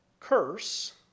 curse